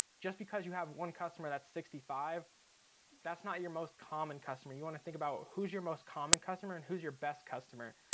just because you have one customer that's sixty five that's not your most common customer. you want to think about who's your most common customer and who's your best customer?